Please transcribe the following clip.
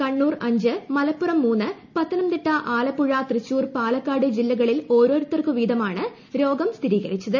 കണ്ണൂർ അഞ്ച് മലപ്പുറം മൂന്ന് പത്തുന്നുംതിട്ട ആലപ്പുഴ തൃശ്ശൂർ പാലക്കാട് ജില്ലകളിൽ ട്ടാർോരുത്തർക്കു വീതവുമാണ് രോഗം സ്ഥിരീകരിച്ചത്